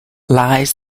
lies